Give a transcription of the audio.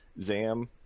Zam